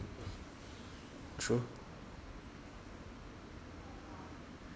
true